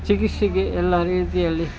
ಚಿಕಿತ್ಸೆಗೆ ಎಲ್ಲಾ ರೀತಿಯಲ್ಲಿ